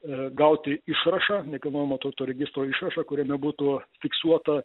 ir gauti išrašą nekilnojamo turto registro išrašą kuriame būtų fiksuota